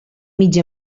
mig